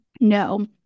No